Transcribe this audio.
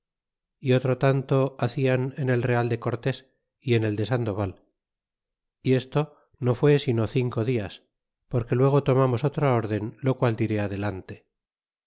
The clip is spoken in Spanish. y otro tanto hacian en el real de cortés y en el de sandoval y esto no fué sino cinco dias porque luego tomamos otra órden lo qual diré adelante